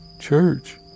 Church